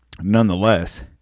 nonetheless